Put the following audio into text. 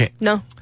No